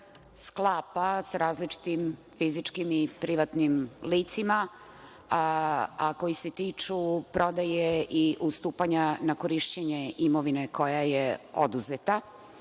sklapa sa različitim fizičkim i privrednim licima, a koji se tiču prodaje i ustupanja na korišćenje imovine koja je oduzeta.